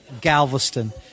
Galveston